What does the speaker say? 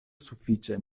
sufiĉe